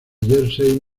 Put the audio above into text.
jersey